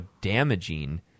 damaging